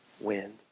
wind